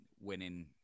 winning